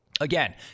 Again